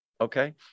okay